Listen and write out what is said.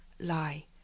lie